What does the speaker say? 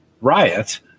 riot